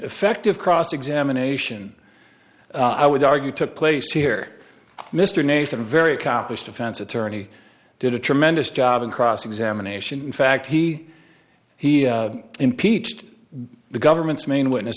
effective cross examination i would argue took place here mr nathan a very accomplished defense attorney did a tremendous job in cross examination in fact he he impeached the government's main witness